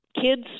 kids